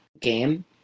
game